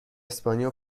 اسپانیا